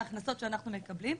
מההכנסות שאנחנו מקבלים,